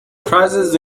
prizes